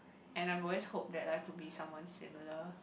and I've always hope that I could be someone similar